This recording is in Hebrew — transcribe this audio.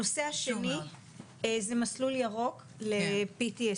הנושא השני זה מסלול ירוק ל-PTSD.